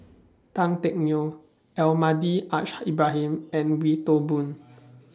Tan Teck Neo Almahdi Al Haj Ibrahim and Wee Toon Boon